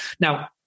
Now